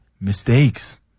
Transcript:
Mistakes